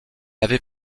avait